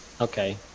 Okay